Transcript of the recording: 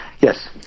Yes